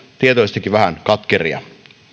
tietoisestikin vähän katkeria